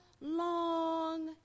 long